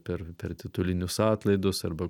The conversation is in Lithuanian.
per per titulinius atlaidus arba